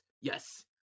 Yes